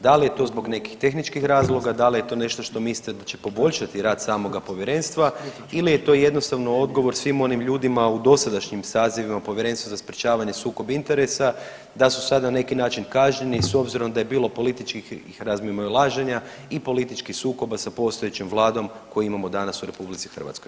Da li je to zbog nekih tehničkih razloga, dal je to nešto što mislite da će poboljšati rad samoga povjerenstva ili je to jednostavno odgovor svim onim ljudima u dosadašnjim sazivima povjerenstva za sprječavanje sukoba interesa da su sada na neki način kažnjeni s obzirom da je bilo političkih razmimoilaženja i političkih sukoba sa postojećom vladom koju imamo danas u RH?